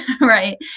right